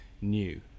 new